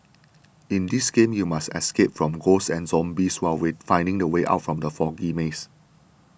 in this game you must escape from ghosts and zombies while finding the way out from the foggy maze